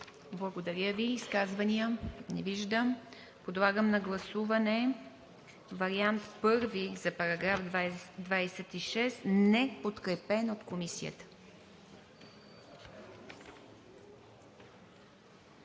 Благодаря Ви. Изказвания? Не виждам. Подлагам на гласуване вариант II на § 18, неподкрепен от Комисията.